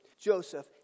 Joseph